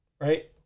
right